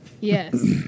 Yes